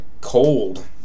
cold